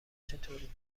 چطوری